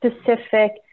specific